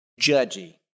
judgy